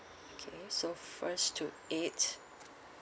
okay first to eight